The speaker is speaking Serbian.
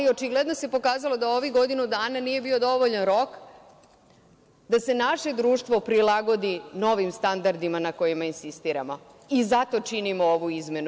Očigledno se pokazalo da ovih godinu dana nije bio dovoljan rok da se naše društvo prilagodi novim standardima na kojima insistiramo i zato činimo ovu izmenu.